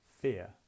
fear